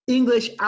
English